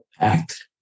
Act